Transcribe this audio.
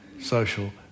social